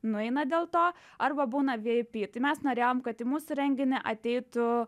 nueina dėl to arba būna vei pi tai mes norėjom kad į mūsų renginį ateitų